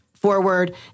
forward